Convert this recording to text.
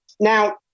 Now